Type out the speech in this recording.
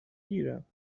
گیرم